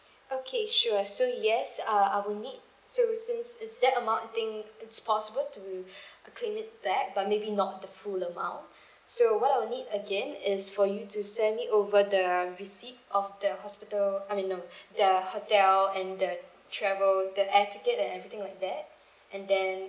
okay sure so yes uh I will need so since is that amount I think it's possible to claim it back but maybe not the full amount so what I will need again is for you to send me over the receipt of the hospital I mean no the hotel and the travel the air ticket and everything like that and then